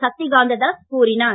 சக்திகந்த தாஸ் கூறினார்